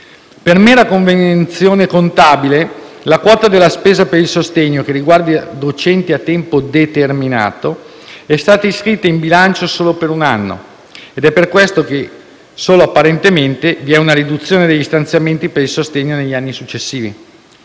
Per mera convenzione contabile, la quota della spesa per il sostegno, che riguarda docenti a tempo determinato, è stata iscritta in bilancio solo per un anno, ed è per questo che, solo apparentemente, vi è una riduzione degli stanziamenti per il sostegno negli anni successivi.